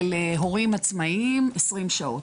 להורים עצמאיים יחידים 20 שעות.